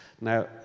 Now